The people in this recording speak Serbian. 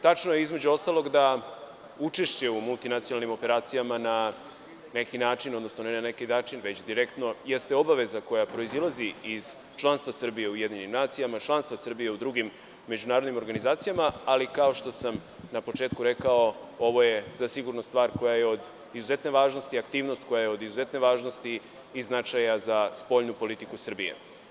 Tačno je, između ostalog, da učešće u multinacionalnim operacijama jeste obaveza koja proizilazi iz članstva Srbije u UN, članstva Srbije u drugim međunarodnim organizacijama, ali, kao što sam na početku rekao, ovo je stvar koja je od izuzetne važnosti, aktivnost koja je od izuzetne važnosti i značaja za spoljnu politiku Srbije.